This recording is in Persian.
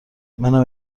منم